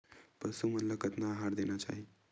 पशु मन ला कतना आहार देना चाही?